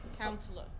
Counselor